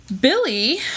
Billy